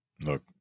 Look